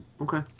Okay